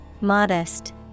modest